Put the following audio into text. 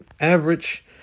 average